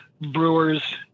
brewers